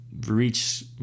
reach